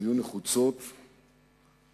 שהיו נחוצות כדי